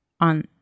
on